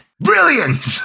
Brilliant